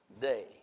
day